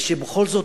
ושבכל זאת,